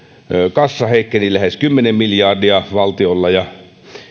kassa heikkeni lähes kymmenen miljardia valtiolla ja